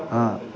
ہاں